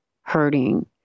hurting